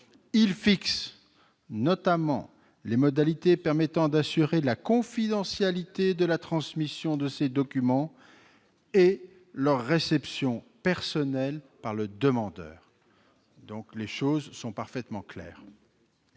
Il fixe notamment les modalités permettant d'assurer la confidentialité de la transmission de ces documents et leur réception personnelle par le demandeur. » Les choses sont donc parfaitement claires